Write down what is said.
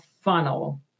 funnel